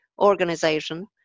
organization